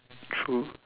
true